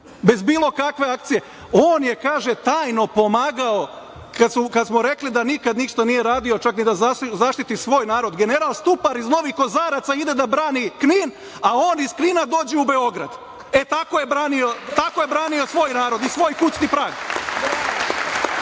bez bilo kakve akcije? On je kaže - tajno pomogao. Kada smo rekli da nikada ništa nije radio, čak ni da zaštiti svoj narod, general Stupar iz Novih Kozaraca ide da brani Knin, a on iz Knina dođe u Beograd. E, tako je branio svoj narod i svoj kućni prag. Sada